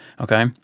okay